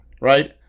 right